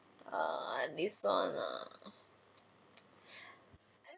err this one ah